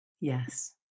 Yes